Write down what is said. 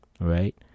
right